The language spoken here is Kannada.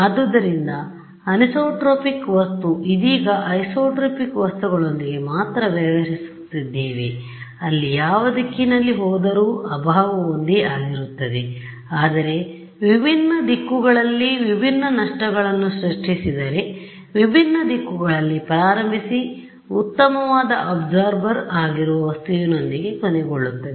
ಆದ್ದರಿಂದ ಅನಿಸೊಟ್ರೊಪಿಕ್ ವಸ್ತು ಇದೀಗ ಐಸೊಟ್ರೊಪಿಕ್ ವಸ್ತುಗಳೊಂದಿಗೆ ಮಾತ್ರ ವ್ಯವಹರಿಸುತ್ತಿದ್ದೇವೆ ಅಲ್ಲಿ ಯಾವ ದಿಕ್ಕಿನಲ್ಲಿ ಹೋದರೂ ಅಭಾವವು ಒಂದೇ ಆಗಿರುತ್ತದೆ ಆದರೆ ವಿಭಿನ್ನ ದಿಕ್ಕುಗಳಲ್ಲಿ ವಿಭಿನ್ನ ನಷ್ಟಗಳನ್ನು ಸೃಷ್ಟಿಸಿದರೆವಿಭಿನ್ನ ದಿಕ್ಕುಗಳಲ್ಲಿ ಪ್ರಾರಂಭಿಸಿ ಉತ್ತಮವಾದ ಅಬ್ಸಾರ್ಬರ್ ಆಗಿರುವ ವಸ್ತುವಿನೊಂದಿಗೆ ಕೊನೆಗೊಳ್ಳುತ್ತದೆ